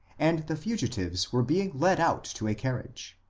and the fugitives were being led out to a carriage.